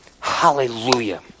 Hallelujah